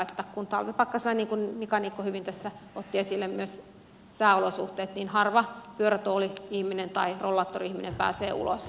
talvipakkasella kun mika niikko hyvin tässä otti esille myös sääolosuhteet harva pyörätuoli ihminen tai rollaattori ihminen pääsee ulos